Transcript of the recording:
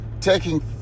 taking